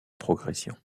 progression